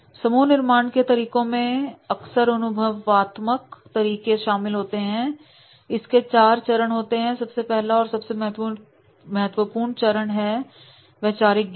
समूह निर्माण के तरीकों में अक्सर अनुभवआत्मक तरीके शामिल होते हैं और इसके चार चरण होते हैं सबसे पहला और सबसे महत्वपूर्ण चरण है वैचारिक ज्ञान